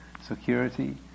security